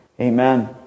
Amen